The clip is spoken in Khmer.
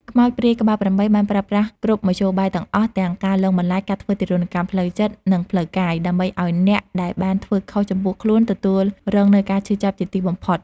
ខ្មោចព្រាយក្បាល៨ បានប្រើប្រាស់គ្រប់មធ្យោបាយទាំងអស់ទាំងការលងបន្លាច ការធ្វើទារុណកម្មផ្លូវចិត្ត និងផ្លូវកាយ ដើម្បីឲ្យអ្នកដែលបានធ្វើខុសចំពោះខ្លួនទទួលរងនូវការឈឺចាប់ជាទីបំផុត។